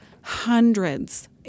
hundreds